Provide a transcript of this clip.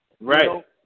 Right